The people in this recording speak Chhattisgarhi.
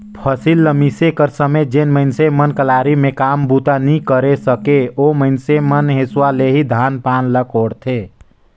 फसिल ल मिसे कर समे जेन मइनसे मन कलारी मे काम बूता नी करे सके, ओ मइनसे मन हेसुवा ले ही धान पान ल कोड़थे